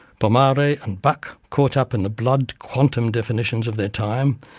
pomare and buck, caught up in the blood quantum definitions of their time,